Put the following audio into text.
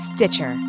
Stitcher